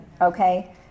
Okay